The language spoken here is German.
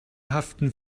haften